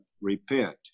Repent